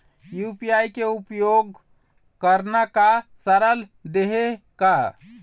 UPI के उपयोग करना का सरल देहें का?